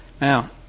Now